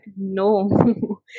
no